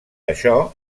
això